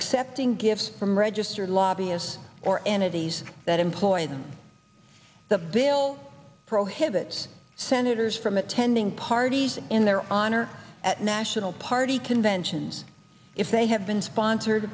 accepting gifts from registered lobbyists or entities that employ them the bill prohibits senators from attending parties in their honor at national party conventions if they have been sponsored